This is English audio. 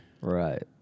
Right